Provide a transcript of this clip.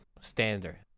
standard